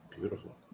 Beautiful